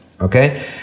okay